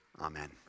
Amen